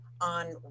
on